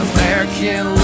American